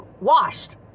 washed